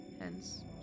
hence